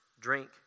drink